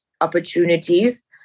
opportunities